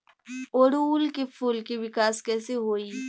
ओड़ुउल के फूल के विकास कैसे होई?